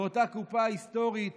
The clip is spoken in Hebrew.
באותה קופה כחולה היסטורית